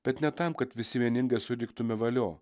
bet ne tam kad visi vieningai suriktume valio